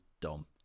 dumb